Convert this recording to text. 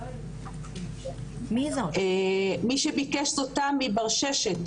מי שביקש זו תמי בר-ששת,